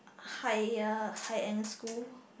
higher high end school